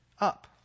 up